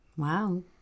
wow